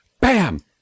Bam